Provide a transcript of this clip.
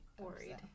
Worried